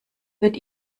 wird